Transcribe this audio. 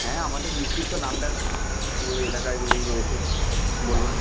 হ্যাঁ আমাদের মিষ্টির তো নামডাক পুরো এলাকা জুড়েই রয়েছে বলুন